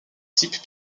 type